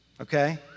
okay